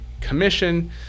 Commission